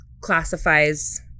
classifies